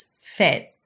fit